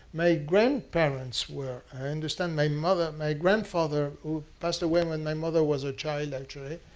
my grandparents were. i understand my mother my grandfather, who passed away when my mother was a child, actually,